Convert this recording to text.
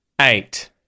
eight